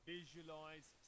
Visualize